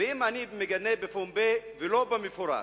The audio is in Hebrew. ואם אני מגנה בפומבי ולא במפורש,